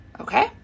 okay